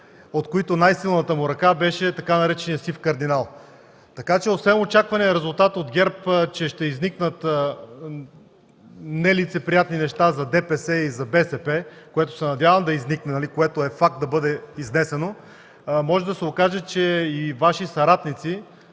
от които най-силната му ръка беше така наречения „Сив кардинал”. Така че освен очаквания резултат от ГЕРБ, че ще изникнат нелицеприятни неща за ДПС и БСП, което се надявам да изникне, което е факт и трябва да бъде изнесено, може да се окаже, че и Ваши съратници